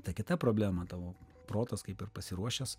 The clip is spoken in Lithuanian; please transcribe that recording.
ta kita problema tavo protas kaip ir pasiruošęs